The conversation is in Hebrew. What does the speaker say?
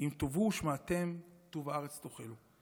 אם תאבוּ ושמעתם, טוב הארץ תאכלו.